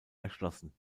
erschlossen